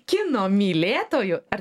kino mylėtojų ar